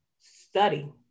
study